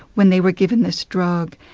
when they were given this drug,